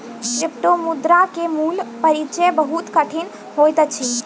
क्रिप्टोमुद्रा के मूल परिचय बहुत कठिन होइत अछि